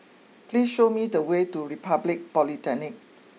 please show me the way to Republic Polytechnic